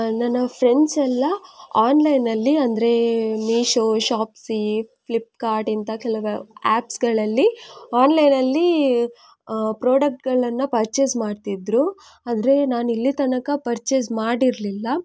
ನನ್ನ ಫ್ರೆಂಡ್ಸ್ ಎಲ್ಲ ಆನ್ಲೈನ್ನಲ್ಲಿ ಅಂದರೆ ಮೀಶೋ ಶಾಪ್ಸಿ ಫ್ಲಿಪ್ಕಾರ್ಟ್ ಇಂಥ ಕೆಲವು ಆ್ಯಪ್ಸ್ಗಳಲ್ಲಿ ಆನ್ಲೈನ್ನಲ್ಲಿ ಪ್ರಾಡಕ್ಟ್ಗಳನ್ನು ಪರ್ಚೇಸ್ ಮಾಡ್ತಿದ್ದರು ಆದರೆ ನಾನು ಇಲ್ಲಿ ತನಕ ಪರ್ಚೇಸ್ ಮಾಡಿರಲಿಲ್ಲ